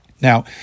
Now